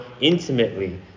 intimately